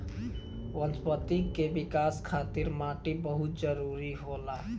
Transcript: वनस्पति के विकाश खातिर माटी बहुत जरुरी होला